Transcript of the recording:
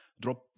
drop